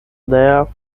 there